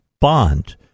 bond